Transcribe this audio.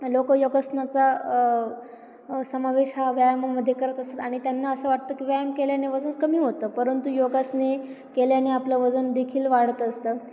लोकं योगासनाचा समावेश हा व्यायामामध्ये करत असत आणि त्यांना असं वाटतं की व्यायाम केल्याने वजन कमी होतं परंतु योगासने केल्याने आपलं वजन देखील वाढत असतं